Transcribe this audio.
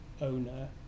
owner